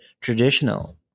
traditional